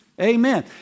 Amen